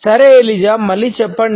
సరే ఎలిజా మళ్ళీ చెప్పండి